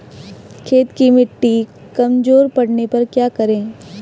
खेत की मिटी कमजोर पड़ने पर क्या करें?